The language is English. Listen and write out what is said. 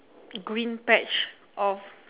green patch of